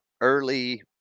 early